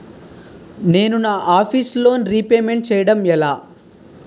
నేను నా office loan repayment చేయడం ఎలా?